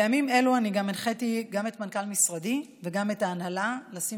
בימים אלו אני הנחיתי גם את מנכ"ל משרדי וגם את ההנהלה לשים